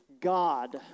God